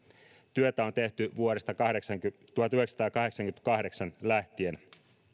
työtä on tehty vuodesta tuhatyhdeksänsataakahdeksankymmentäkahdeksan lähtien